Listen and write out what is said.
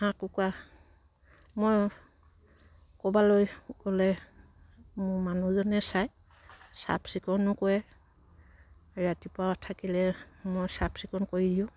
হাঁহ কুকুৰা মই ক'বালৈ গ'লে মোৰ মানুহজনে চায় চাফ চিকুণো কৰে ৰাতিপুৱা থাকিলে মই চাফ চিকুণ কৰি দিওঁ